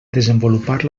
desenvolupar